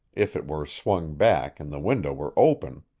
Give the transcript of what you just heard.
if it were swung back and the window were open.